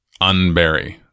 unbury